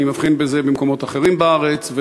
אני מבחין בזה במקומות אחרים בארץ,